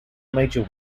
major